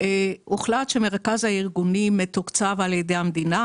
הוחלט שמרכז הארגונים מתוקצב על ידי המדינה.